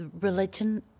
religion